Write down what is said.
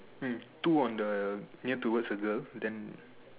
mm two one the near towards the girl then